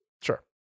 Sure